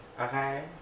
okay